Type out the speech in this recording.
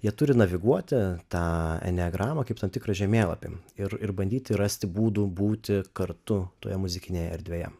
jie turi naviguoti tą enegramą kaip tam tikrą žemėlapį ir ir bandyti rasti būdų būti kartu toje muzikinėje erdvėje